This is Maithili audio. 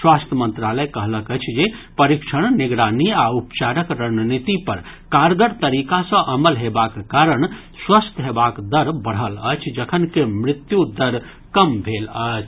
स्वास्थ्य मंत्रालय कहलक अछि जे परीक्षण निगरानी आ उपचारक रणनीति पर कारगर तरीका सँ अमल हेबाक कारण स्वस्थ हेबाक दर बढ़ल अछि जखनकि मृत्यु दर कम भेल अछि